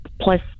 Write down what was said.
plus